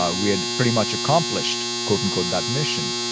ah we had pretty much accomplished quote unquote that mission.